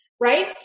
right